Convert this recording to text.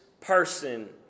person